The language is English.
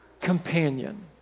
companion